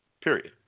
period